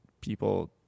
people